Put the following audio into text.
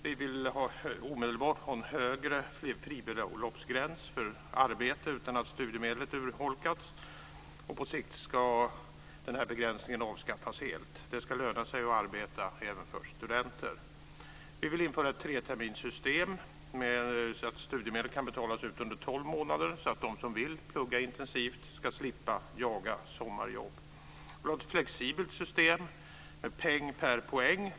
Vi vill omedelbart ha en högre fribeloppsgräns, så att man kan arbeta utan att studiemedlen urholkas. På sikt ska den här begränsningen avskaffas helt. Det ska löna sig att arbeta även för studenter. Vi vill införa ett treterminssystem, så att studiemedel kan betalas ut under tolv månader, så att de som vill plugga intensivt ska slippa jaga sommarjobb. Vi vill ha ett flexibelt system med peng per poäng.